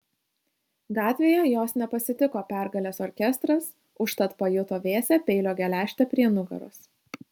gatvėje jos nepasitiko pergalės orkestras užtat pajuto vėsią peilio geležtę prie nugaros